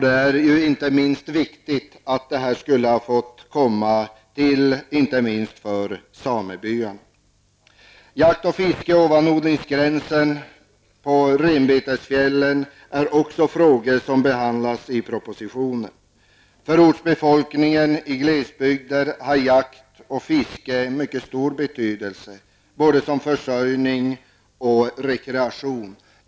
Ett sådant register är ju viktigt, inte minst för samebyarna. Jakt och fiske ovanför odlingsgränsen och på renbetesfjällen hör också till de frågor som behandlas i propositionen. För ortsbefolkningen i glesbygder har jakt och fiske mycket stor betydelse, både som försörjning som rekreation.